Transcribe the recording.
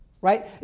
right